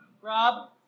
Rob